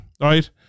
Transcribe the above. right